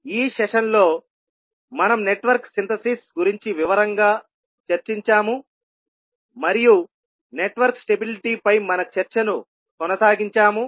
ఈ సెషన్లో మనం నెట్వర్క్ సింథసిస్ గురించి వివరంగా చర్చించాము మరియు నెట్వర్క్ స్టెబిలిటీ పై మన చర్చను కొనసాగించాము